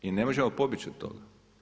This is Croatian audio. I ne možemo pobjeći od toga.